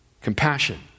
Compassion